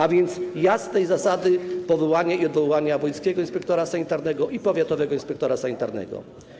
Chodzi o jasne zasady powoływania i odwoływania wojewódzkiego inspektora sanitarnego i powiatowego inspektora sanitarnego.